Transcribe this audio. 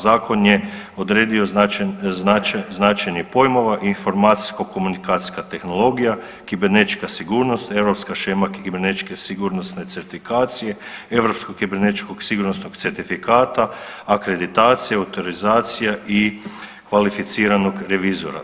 Zakon je odredio značenje pojmova informacijsko komunikacijska tehnologija, kibernetička sigurnost, europska shema kibernetičke sigurnosne certifikacije, europskog kibernetičkog sigurnosnog certifikata, akreditacija, autorizacija i kvalificiranog revizora.